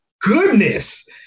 Goodness